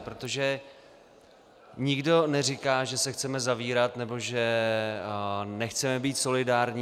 Protože nikdo neříká, že se chceme zavírat nebo že nechceme být solidární.